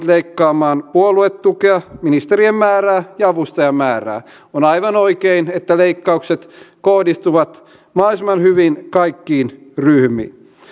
leikkaamaan puoluetukea ministerien määrää ja avustajien määrää on aivan oikein että leikkaukset kohdistuvat mahdollisimman hyvin kaikkiin ryhmiin